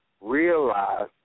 realize